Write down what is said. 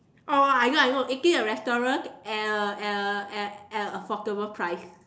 oh I know I know eating a restaurant at a at a at at a affordable price